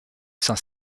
saint